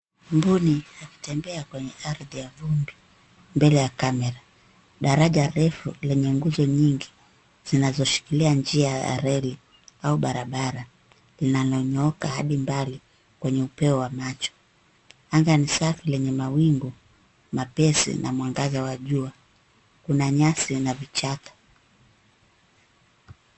Mbuni akitembea kwenye ardhi ya vumbi mbele ya kamera. Daraja refu lenye nguzo nyingi zinazo shikilia njia ya reli au barabara, linalo nyooka hadi mbali kwenye upeo wa macho. Anga ni safi lenye mawingu mapesi na mwangaza wa jua, kuna nyasi na vichaka.